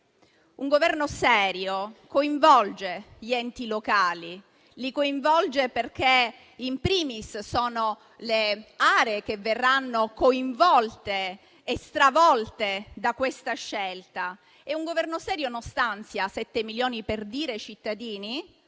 Un Governo serio coinvolge gli enti locali, perché *in primis* rappresentano le aree che verranno coinvolte e stravolte da questa scelta. Un Governo serio non stanzia 7 milioni per dire ai cittadini